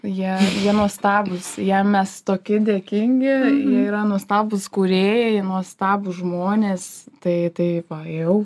jie jie nuostabūs jie mes toki dėkingi jie yra nuostabūs kūrėjai nuostabūs žmonės tai tai va ėjau